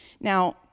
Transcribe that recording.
Now